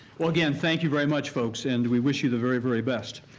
well again, thank you very much folks and we wish you the very, very best.